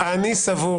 אני סבור